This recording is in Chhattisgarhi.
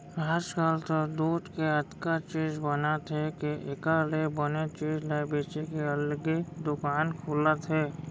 आजकाल तो दूद के अतका चीज बनत हे के एकर ले बने चीज ल बेचे के अलगे दुकान खुलत हे